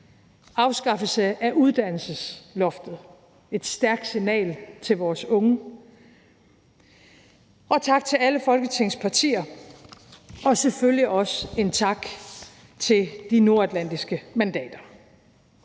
afskaffelse af uddannelsesloftet som et stærkt signal til vores unge. Kl. 22:16 Tak til alle Folketingets partier, og selvfølgelig også tak til de nordatlantiske mandater.